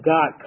God